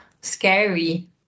scary